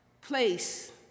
place